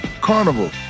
Carnival